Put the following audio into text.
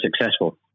successful